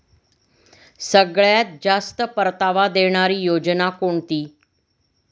सगळ्यात जास्त परतावा देणारी योजना कोणती?